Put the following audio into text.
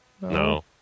No